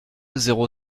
zéro